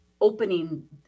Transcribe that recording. opening